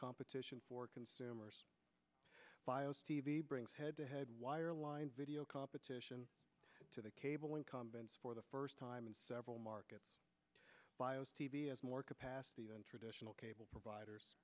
competition for consumers bios t v brings head to head wireline video competition to the cable incumbents for the first time in several markets bios t v has more capacity than traditional cable providers